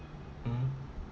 mmhmm